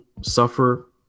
suffer